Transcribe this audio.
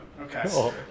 Okay